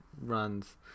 runs